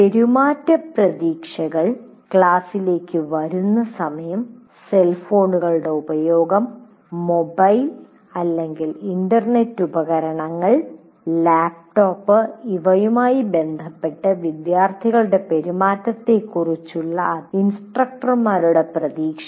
പെരുമാറ്റ പ്രതീക്ഷകൾ ക്ലാസ്സിലേക്ക് വരുന്ന സമയം സെൽ ഫോണുകളുടെ ഉപയോഗം മൊബൈൽ ഇന്റർനെറ്റ് ഉപകരണങ്ങൾ ലാപ്ടോപ്പ് എന്നിവയുമായി ബന്ധപ്പെട്ട് വിദ്യാർത്ഥികളുടെ പെരുമാറ്റത്തെക്കുറിച്ചുള്ള ഇൻസ്ട്രക്ടർമാരുടെ പ്രതീക്ഷകൾ